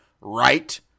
right